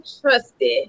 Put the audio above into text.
trusted